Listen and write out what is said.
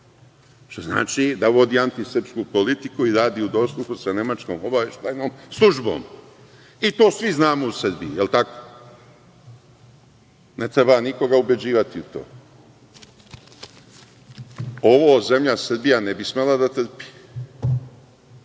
što znači da vodi antisrpsku politiku i radi u dosluhu sa Nemačkom obaveštajnom službom i to svi znamo u Srbiji, je li tako. Ne treba nikoga ubeđivati u to. Ovo zemlja Srbija ne bi smela da